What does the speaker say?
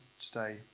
today